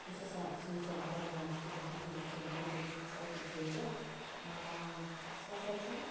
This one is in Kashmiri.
یُس ہَسا سٲنِس یتھ بارہمولہ ڈسٹرکس منٛز یُس مڈِکل یُس فیٚسلٹی چھے ییٚتہِ آ سَہ ہسا چھِ